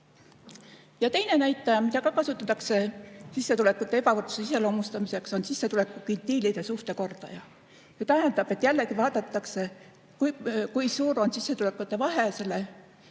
Ja teine näitaja, mida ka kasutatakse sissetulekute ebavõrdsuse iseloomustamiseks, on sissetulekukvintiilide suhte kordaja. See tähendab, et jällegi vaadatakse, kui suur on sissetulekute vahe selle